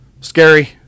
Scary